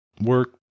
work